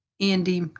Andy